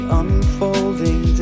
unfolding